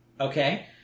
okay